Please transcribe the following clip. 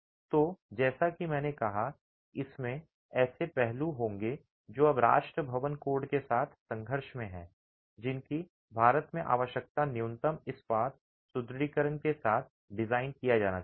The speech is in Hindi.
तो जैसा कि मैंने कहा इसमें ऐसे पहलू होंगे जो अब राष्ट्रीय भवन कोड के साथ संघर्ष में हैं जिनकी भारत में आवश्यकता है न्यूनतम इस्पात सुदृढीकरण के साथ डिजाइन किया जाना चाहिए